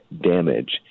damage